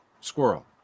squirrel